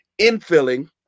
infilling